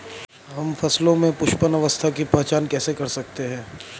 हम फसलों में पुष्पन अवस्था की पहचान कैसे करते हैं?